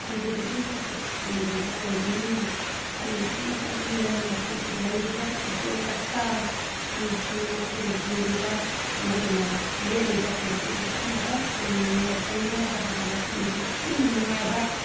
ꯃꯐꯝꯗꯨꯗꯗꯤ ꯆꯠꯄꯗꯤ ꯐꯪꯗ꯭ꯔꯤꯕ ꯑꯣꯏꯕꯅꯤꯅ ꯑꯩ ꯌꯥꯝꯅ ꯆꯠꯅꯤꯡꯉꯦ ꯃꯈꯣꯏꯒꯤ ꯂꯩꯔꯤꯕ ꯐꯤꯖꯦꯠ ꯆꯥꯛꯆꯥ ꯑꯃꯁꯨꯡ ꯃꯈꯣꯏꯅ ꯍꯤꯡꯂꯤꯕ ꯃꯈꯣꯏꯅ ꯂꯦꯜꯂꯤꯕ ꯄꯨꯟꯁꯤꯗꯨꯁꯨ ꯑꯃꯨꯛꯇꯪ ꯎꯅꯤꯡꯉꯦ ꯀꯔꯤꯅꯣ ꯍꯥꯏꯕꯗ ꯃꯐꯝꯗꯨ ꯌꯥꯝꯅ ꯅꯨꯡꯉꯥꯏꯕ